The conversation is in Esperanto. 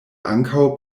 ankaŭ